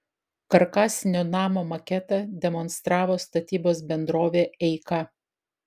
karkasinio namo maketą demonstravo statybos bendrovė eika